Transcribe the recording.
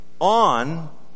on